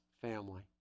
family